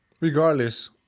Regardless